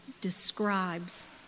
describes